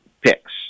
picks